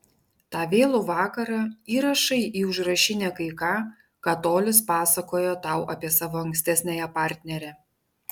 tą vėlų vakarą įrašai į užrašinę kai ką ką tolis pasakojo tau apie savo ankstesniąją partnerę